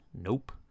Nope